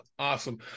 awesome